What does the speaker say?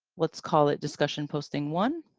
let's call it, discussion posting one.